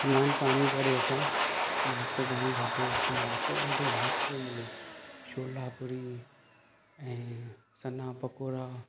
सनानु पाणी करे असां नाश्तो पाणी खाधो हुते नाश्तो ॾाढो मस्तु पियो मिले छोला पुरी ऐं सन्हा पकोड़ा